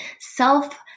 self